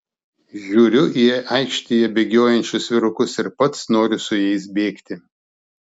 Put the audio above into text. žiūriu į aikštėje bėgiojančius vyrukus ir pats noriu su jais bėgti